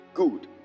Good